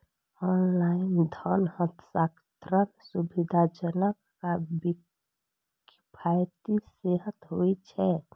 online धन हस्तांतरण सुविधाजनक आ किफायती सेहो होइ छै